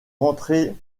rentrer